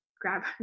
grab